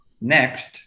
next